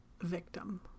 Victim